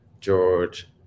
George